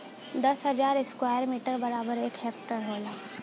दस हजार square metre बराबर एक हेक्टेयर होला